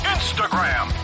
Instagram